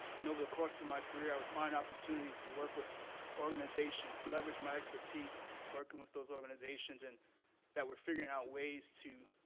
and over the course of my career, i would find opportunities to work with organizations and leverage my expertise working with those organizations and that were figuring out ways to